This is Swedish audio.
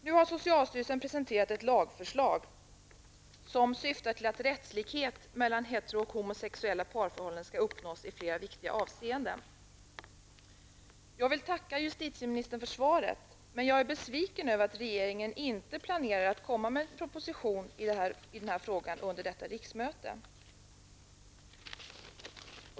Nu har socialstyrelsen presenterat ett lagförslag som syftar till att rättslikhet mellan hetero och homosexuella parförhållanden skall uppnås i flera viktiga avseenden. Jag vill tacka justitieministern för svaret, men jag är besviken över att regeringen inte planerar att komma med en proposition i den här frågan under detta riksmöte.